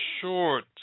short